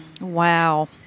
Wow